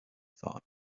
thought